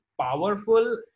powerful